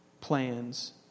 plans